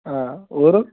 ఊరు